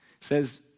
says